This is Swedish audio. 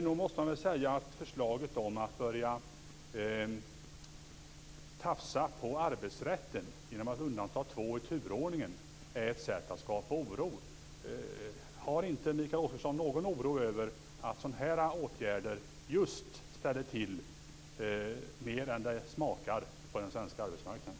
Nog måste man väl säga att förslaget om att börja tafsa på arbetsrätten genom att undanta två personer i turordningen är ett sätt att skapa oro. Känner inte Mikael Oscarsson någon oro för att sådana här åtgärder just ställer till mer än det smakar på den svenska arbetsmarknaden?